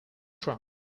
from